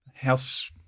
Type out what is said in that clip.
house